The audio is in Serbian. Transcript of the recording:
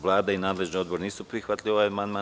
Vlada i nadležni odbor nisu prihvatili ovaj amandman.